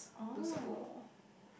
oh